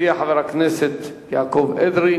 הצעה מס' 3470. יציע חבר הכנסת יעקב אדרי.